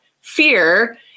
fear